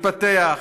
מתפתח,